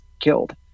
killed